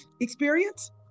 experience